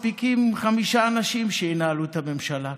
מספיקים חמישה אנשים שינהלו את הממשלה,